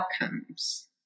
outcomes